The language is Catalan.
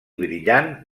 brillant